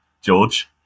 George